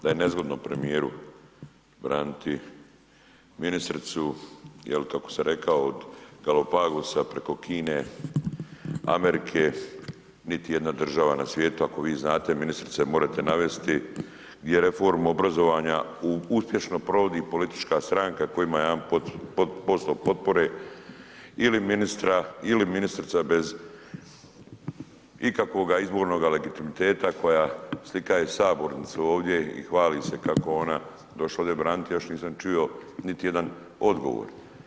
Da je nezgodno premijeru braniti ministricu jel kako sam rekao od Galopagosa preko Kine, Amerike niti jedna država na svijetu, ako vi znate ministrice morete navesti gdje reformu obrazovanja uspješno provodi politička stranka koja ima 1% potpore ili ministra ili ministrica bez ikakvoga izbornoga legitimiteta koja slikaje sabornicu ovdje i hvali se kako je ona došla ovdje braniti, a ja još nisam čuo niti jedan odgovor.